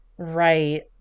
right